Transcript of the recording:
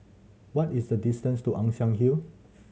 what is the distance to Ann Siang Hill